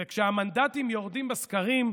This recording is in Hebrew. וכשהמנדטים יורדים בסקרים,